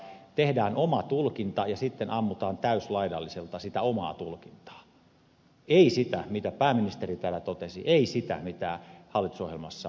tehdään oma tulkinta ja sitten ammutaan täyslaidallisella sitä omaa tulkintaa ei sitä mitä pääministeri täällä totesi ei sitä mitä hallitusohjelmassa luki